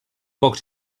pocs